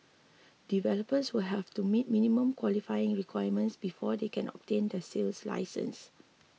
developers will have to meet minimum qualifying requirements before they can obtain the sales licence